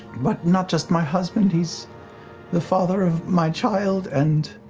but not just my husband, he's the father of my child and